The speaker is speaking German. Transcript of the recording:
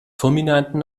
fulminanten